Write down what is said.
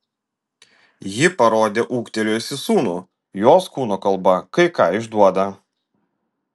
ji parodė ūgtelėjusį sūnų jos kūno kalba kai ką išduoda